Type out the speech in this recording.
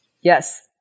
Yes